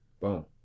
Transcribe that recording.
boom